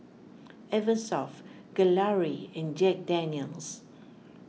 Eversoft Gelare and Jack Daniel's